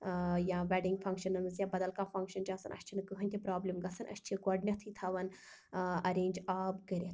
ٲں یا ویٚڈِنٛگ فَنٛکشَنَن مَنٛز یا بَدَل کانٛہہ فنٛکشن چھِ آسان اسہِ چھَنہ کٕہٲنۍ تہِ پرٛابلم گَژھان أسۍ چھِ گۄڈٕنیٚتھے تھاوان ٲں اَرینٛج آب کٔرِتھ